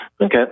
Okay